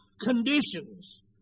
conditions